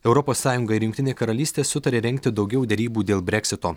europos sąjunga ir jungtinė karalystė sutarė rengti daugiau derybų dėl breksito